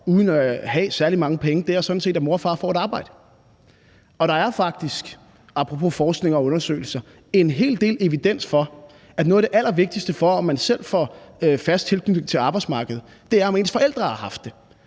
uden at der er særlig mange penge, sådan set er, at mor og far får et arbejde. Og apropos forskning og undersøgelser er der faktisk en hel del evidens for, at noget af det allervigtigste for, og man selv får fast tilknytning til arbejdsmarkedet, er, om ens forældre har haft det.